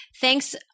Thanks